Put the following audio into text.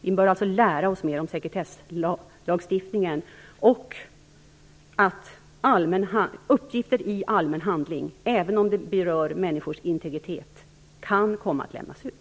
Vi bör alltså lära oss mera om sekretesslagstiftningen samt att uppgifter i allmän handling, även om människors integritet berörs, kan komma att lämnas ut.